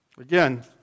Again